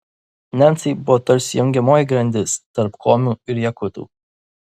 nencai buvo tarsi jungiamoji grandis tarp komių ir jakutų